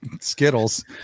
skittles